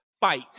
fight